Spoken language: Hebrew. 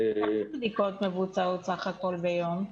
כמה בדיקות מבוצעות סך הכול ביום?